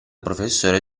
professore